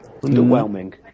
Underwhelming